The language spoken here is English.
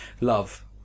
love